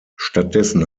stattdessen